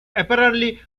apparently